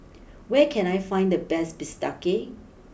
where can I find the best Bistake